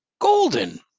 Golden